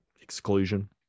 exclusion